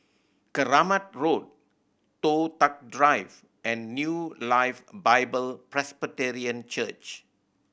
Keramat Road Toh Tuck Drive and New Life Bible Presbyterian Church